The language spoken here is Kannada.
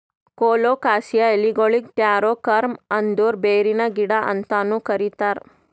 ಕೊಲೊಕಾಸಿಯಾ ಎಲಿಗೊಳಿಗ್ ಟ್ಯಾರೋ ಕಾರ್ಮ್ ಅಂದುರ್ ಬೇರಿನ ಗಿಡ ಅಂತನು ಕರಿತಾರ್